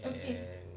and